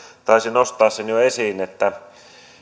taisi nostaa sen jo esiin että